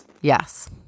Yes